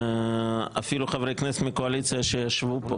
ואפילו חברי הכנסת מהקואליציה שישבו פה